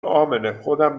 امنهخودم